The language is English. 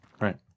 Right